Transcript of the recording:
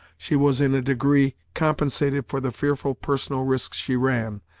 she was, in a degree, compensated for the fearful personal risk she ran,